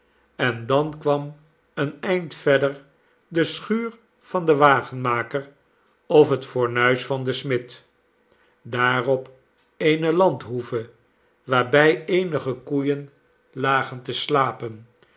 en dan kwam een eind verder de schuur van den wagenmaker of het fornuis van den smid daarop eene landhoeve waarbij eenige koeien lagen te slapen